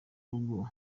rugo